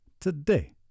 today